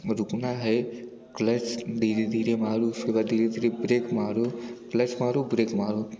रुकना है क्लच धीरे धीरे मारो उसके बाद धीरे धीरे ब्रेक मारो क्लच मारो ब्रेक मारो